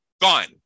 Gone